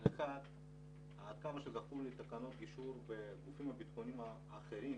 אבל עד כמה שזכור לי בתקנות גישור בגופים הביטחוניים האחרים